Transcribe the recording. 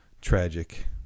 Tragic